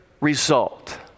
result